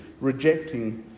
rejecting